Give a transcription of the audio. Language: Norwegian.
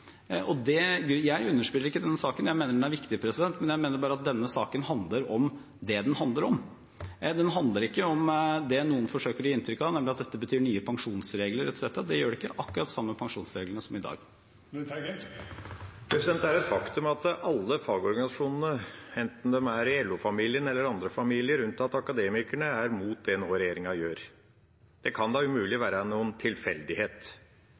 Jeg underspiller ikke denne saken. Jeg mener den er viktig, men jeg mener bare at denne saken handler om det den handler om. Den handler ikke om det noen forsøker å gi inntrykk av, nemlig at dette betyr nye pensjonsregler etc. Det gjør det ikke. Det er akkurat de samme pensjonsreglene som i dag. Det er et faktum at alle fagorganisasjonene, enten de er i LO-familien eller i andre familier, unntatt Akademikerne, er mot det regjeringa nå gjør. Det kan da umulig være noen tilfeldighet.